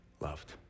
loved